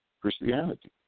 Christianity